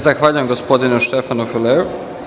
Zahvaljujem gospodinu Štefanu Fileu.